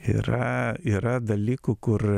yra yra dalykų kur